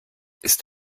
ist